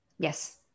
Yes